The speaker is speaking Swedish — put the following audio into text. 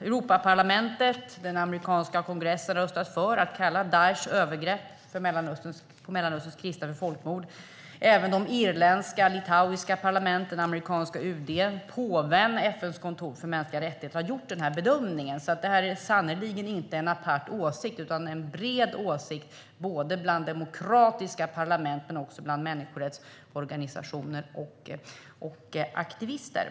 Europaparlamentet och den amerikanska kongressen har röstat för att kalla Daishs övergrepp på Mellanösterns kristna för folkmord. Även det irländska parlamentet, det litauiska parlamentet, amerikanska UD, påven och FN:s kontor för mänskliga rättigheter har gjort denna bedömning. Det är alltså ingen apart åsikt utan en bred åsikt både bland demokratiska parlament och människorättsorganisationer och människorättsaktivister.